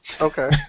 Okay